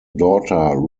daughter